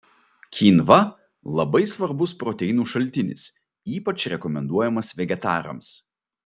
kynva labai svarbus proteinų šaltinis ypač rekomenduojamas vegetarams